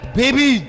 baby